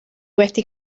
wedi